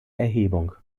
erhebung